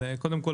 קודם כל,